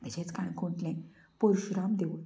तशेंच काणकोणांतलें पर्शुराम देवूळ